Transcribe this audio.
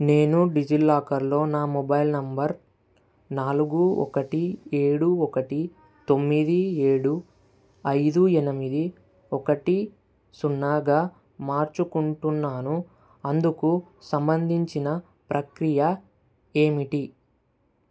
నేను డిజిల్లాకర్లో నా మొబైల్ నంబర్ నాలుగు ఒకటి ఏడు ఒకటి తొమ్మిది ఏడు ఐదు ఎనిమిది ఒకటి సున్నాగా మార్చుకుంటున్నాను అందుకు సంబంధించిన ప్రక్రియ ఏమిటి